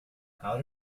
how